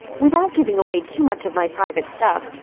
without giving away too much of my private stuff,